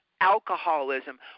alcoholism